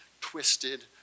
twisted